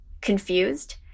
confused